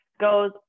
goes